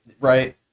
Right